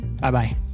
Bye-bye